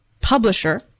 publisher